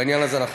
בעניין הזה אנחנו